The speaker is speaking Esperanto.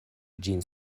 ĝin